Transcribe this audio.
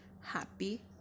Happy